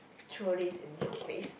throw this in your face